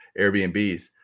Airbnbs